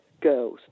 Girls